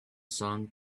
song